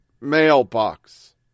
mailbox